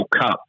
Cup